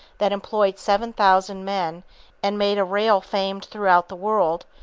that employed seven thousand men and made a rail famed throughout the world,